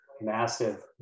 massive